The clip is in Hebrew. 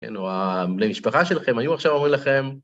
כן, או הבני משפחה שלכם היו עכשיו אומרים לכם.